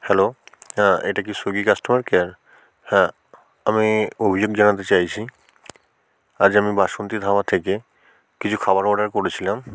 hello হ্যাঁ এটা কি সুইগি কাস্টমার কেয়ার হ্যাঁ আমি অভিযোগ জানাতে চাইছি আজ আমি বাসন্তী ধাবা থেকে কিছু খাবার অর্ডার করেছিলাম